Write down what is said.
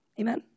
Amen